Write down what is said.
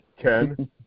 Ken